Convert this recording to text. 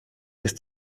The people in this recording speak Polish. jest